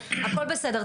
הכול בסדר,